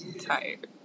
Tired